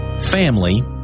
family